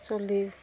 চলিৰ